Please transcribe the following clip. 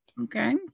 Okay